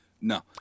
No